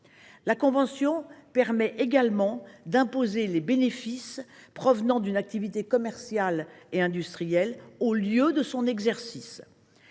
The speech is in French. convention permet également d’imposer les bénéfices provenant d’une activité commerciale ou industrielle au lieu de son exercice.